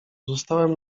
zostałem